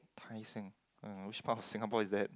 Tai-Seng uh which part of Singapore is that